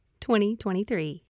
2023